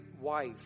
wife